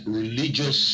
religious